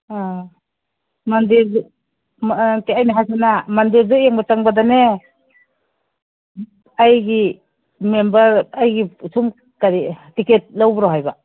ꯑ ꯃꯟꯗꯤꯔꯒꯤ ꯑꯩꯅ ꯍꯥꯏꯁꯤꯅ ꯃꯟꯗꯤꯔꯗ ꯌꯦꯡꯕ ꯆꯪꯕꯗꯅꯦ ꯑꯩꯒꯤ ꯃꯦꯝꯕꯔ ꯑꯩꯒꯤ ꯁꯨꯝ ꯀꯔꯤ ꯇꯦꯛꯀꯦꯠ ꯂꯧꯕ꯭ꯔꯣ ꯍꯥꯏꯕ